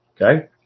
Okay